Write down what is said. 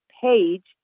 page